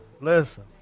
listen